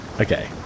Okay